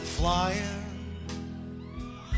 Flying